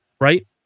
right